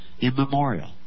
Immemorial